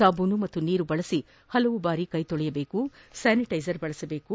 ಸಾಬೂನು ಮತ್ತು ನೀರು ಬಳಸಿ ಪಲವು ಬಾರಿ ಕೈ ತೊಳೆಯಬೇಕು ಸ್ನಾನಿಟ್ಸೆಸರ್ ಬಳಸಬೇಕು